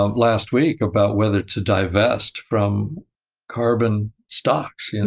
um last week about whether to divest from carbon stocks, and